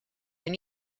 and